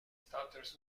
stutters